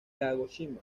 kagoshima